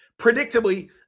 predictably